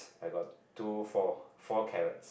I got two four four carrots